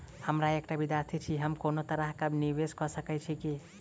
हम एकटा विधार्थी छी, हम कोनो तरह कऽ निवेश कऽ सकय छी की?